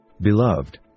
Beloved